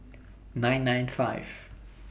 nine nine five